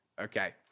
Okay